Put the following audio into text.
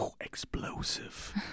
Explosive